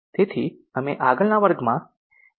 તેથી અમે આગળના વર્ગમાં એમ